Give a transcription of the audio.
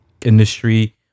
industry